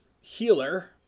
healer